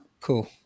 cool